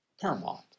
paramount